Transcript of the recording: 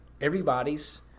everybody's